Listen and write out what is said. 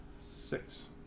six